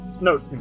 no